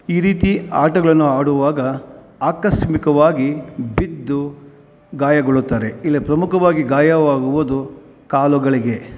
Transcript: ಈ ರೀತಿ ಆಟಗಳನ್ನು ಆಡುವಾಗ ಆಕಸ್ಮಿಕವಾಗಿ ಬಿದ್ದು ಗಾಯಗೊಳ್ಳುತ್ತಾರೆ ಇಲ್ಲಿ ಪ್ರಮುಖವಾಗಿ ಗಾಯವಾಗುವುದು ಕಾಲುಗಳಿಗೆ